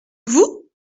vous